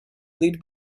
lit